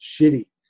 shitty